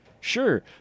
Sure